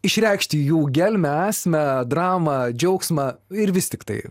išreikšti jų gelmę esmę dramą džiaugsmą ir vis tiktai